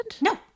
No